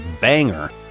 banger